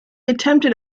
attempted